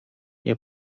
nie